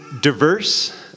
diverse